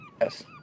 Yes